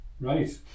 right